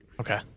Okay